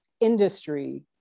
industry